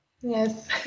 Yes